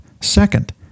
Second